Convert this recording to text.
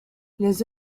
les